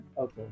Okay